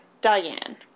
Diane